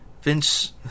Vince